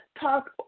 talk